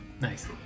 Nice